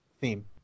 theme